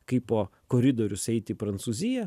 kai po koridorius eit į prancūziją